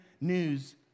news